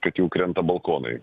kad jau krenta balkonai